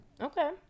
Okay